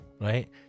right